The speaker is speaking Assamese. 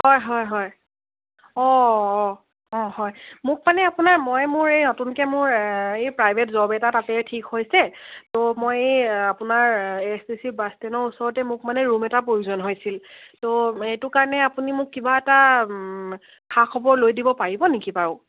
হয় হয় হয় অঁ অঁ অঁ হয় মোক মানে আপোনাৰ মই মোৰ এই নতুনকৈ মোৰ এই প্ৰাইভেট জব এটা তাতে ঠিক হৈছে ত' মই এই আপোনাৰ A S T C bus ষ্টেণ্ডৰ ওচৰতে মোক মানে ৰুম এটা প্ৰয়োজন হৈছিল ত' এইটো কাৰণে আপুনি মোক কিবা এটা খাখবৰ লৈ দিব পাৰিব নেকি বাৰু